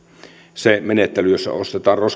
se menettely jossa ostetaan